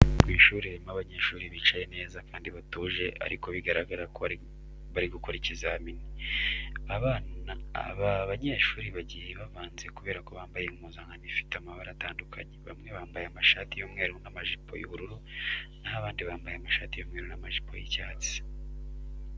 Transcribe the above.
Mu ishuri harimo abanyeshuri bicaye neza kandi batuje ariko bigaragara ko bari gukora ikazimi. Aba banyeshuri bagiye bavanze kubera ko bambaye impuzankano ifite amabara atandukanye. Bamwe bambaye amashati y'umweru n'amajipo y'ubururu, na ho abandi bambaye amashati y'umweru n'amajipo y'icyatsi.